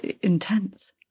intense